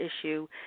issue